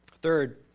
Third